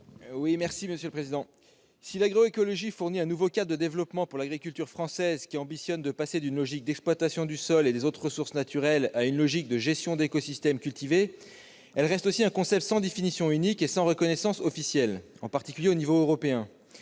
l'amendement n° 216 rectifié. Si l'agroécologie fournit un nouveau cadre de développement pour l'agriculture française, qui ambitionne de passer d'une logique d'exploitation du sol et des autres ressources naturelles à une logique de gestion d'écosystèmes cultivés, elle reste aussi un concept sans définition unique et sans reconnaissance officielle, en particulier au niveau européen.